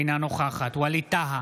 אינה נוכחת ווליד טאהא,